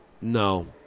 No